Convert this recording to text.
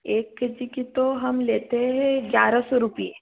एक K G का तो हम लेते हैं ग्यारह सौ रुपये